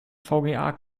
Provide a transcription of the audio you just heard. vga